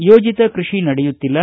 ಯೋಜಿತ ಕೃಷಿ ನಡೆಯುತ್ತಿಲ್ಲ